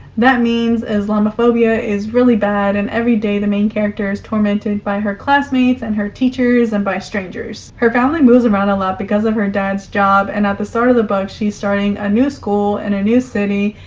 that means islamophobia is really bad and every day the main character is tormented by her classmates and her teachers and by strangers. her family moves around a lot because of her dad's job, and at the start sort of the book, she's starting a new school in a new city,